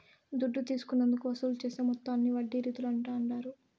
దుడ్డు తీసుకున్నందుకు వసూలు చేసే మొత్తాన్ని వడ్డీ రీతుల అంటాండారు